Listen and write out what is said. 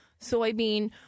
soybean